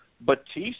Batista